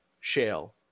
Shale